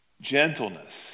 gentleness